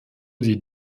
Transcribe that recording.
die